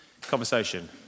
conversation